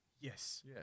Yes